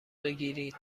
بگیرید